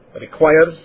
requires